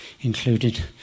included